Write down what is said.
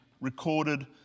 recorded